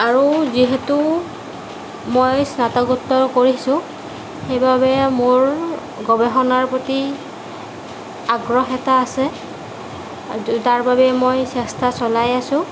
আৰু যিহেতু মই স্নাতকোত্তৰ কৰি আছো সেইবাবে মোৰ গৱেষণাৰ প্ৰতি আগ্ৰহ এটা আছে তাৰ বাবেই মই চেষ্টা চলাই আছোঁ